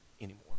anymore